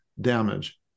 damage